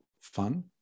fun